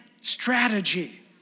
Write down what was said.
strategy